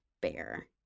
bear